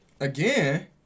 Again